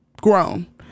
grown